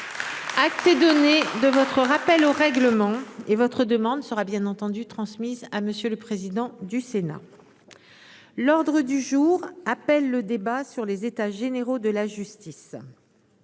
Ces données de votre rappel au règlement. Et votre demande sera bien entendu transmise à monsieur le président du Sénat. L'ordre du jour appelle le débat sur les états généraux de la justice,